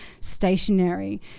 stationary